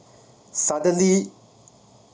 suddenly